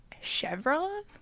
chevron